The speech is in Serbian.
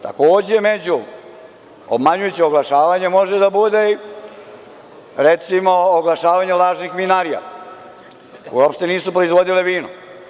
Takođe među obmanjujuća oglašavanja može da bude i recimo oglašavanje lažnih vinarija, koje uopšte nisu proizvodile vino.